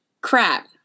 crap